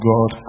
God